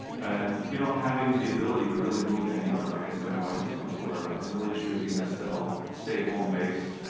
and you know having the ability to really move anywhere, like i said, my wife is from florida, and really choosing to still stay home based,